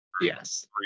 Yes